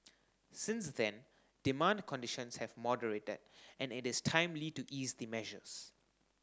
since then demand conditions have moderated and it is timely to ease the measures